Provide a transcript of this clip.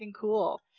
cool